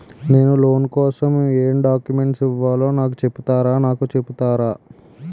నేను లోన్ కోసం ఎం డాక్యుమెంట్స్ ఇవ్వాలో నాకు చెపుతారా నాకు చెపుతారా?